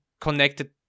connected